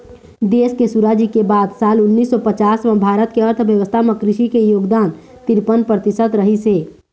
देश के सुराजी के बाद साल उन्नीस सौ पचास म भारत के अर्थबेवस्था म कृषि के योगदान तिरपन परतिसत रहिस हे